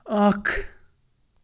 اَکھ